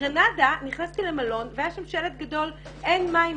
בגרנדה נכנסתי למלון והיה שם שלט גדול האומר שאין מים,